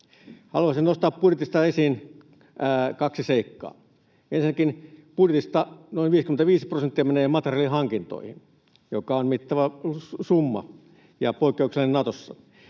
Haluaisin nostaa budjetista esiin kaksi seikkaa. Ensinnäkin budjetista noin 55 prosenttia menee materiaalihankintoihin, mikä on mittava summa ja poikkeuksellinen Natossa.